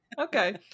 okay